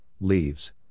leaves